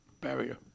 barrier